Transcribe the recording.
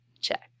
Check